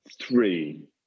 Three